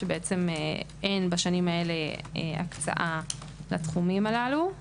שאין בשנים הללו הקצאה לתחומים הללו.